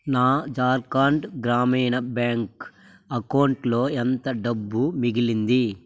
నా జార్ఖాండ్ గ్రామీణ బ్యాంక్ అకౌంటులో ఎంత డబ్బు మిగిలింది